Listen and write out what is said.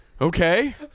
Okay